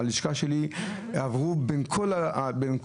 הלשכה שלי עברו בין כל הלשכות,